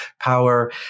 power